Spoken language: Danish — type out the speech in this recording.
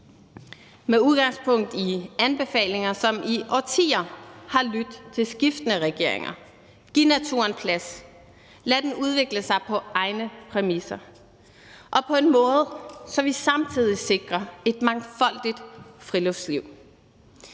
Med udgangspunkt i anbefalinger, som i årtier har lydt til skiftende regeringer: Giv naturen plads. Lad den udvikle sig på egne præmisser og på en måde, så vi samtidig sikrer et mangfoldigt friluftsliv.